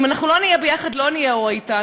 אם אנחנו לא נהיה ביחד, לא נהיה אור איתן.